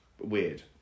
weird